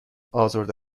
ازرده